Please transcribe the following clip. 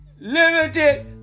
limited